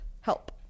Help